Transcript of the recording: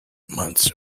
months